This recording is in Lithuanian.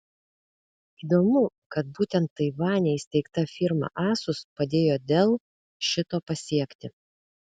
įdomu kad būtent taivane įsteigta firma asus padėjo dell šito pasiekti